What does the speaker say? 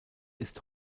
ist